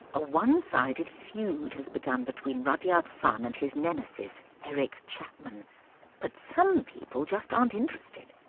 a one sided feud has begun between rudyard funn and his nemesis eric chapman but some people just aren't interested.